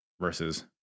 versus